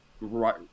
right